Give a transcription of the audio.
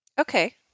Okay